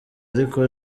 ariko